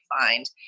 find